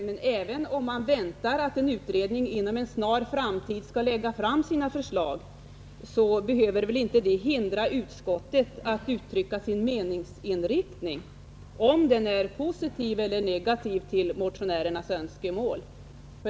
Men även om man väntar att en utredning inom en snar framtid skall lägga fram sina förslag behöver det inte hindra utskottet från att uttrycka sin meningsinriktning — om utskottet ställer sig positivt eller negativt till motionärernas önskemål.